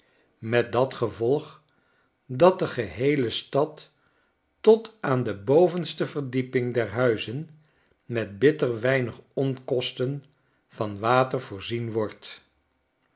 met dat gevolg dat de geheele stad tot aan de bovenste verdieping der huizen met bitter weinig onkosten van water voorzien wordt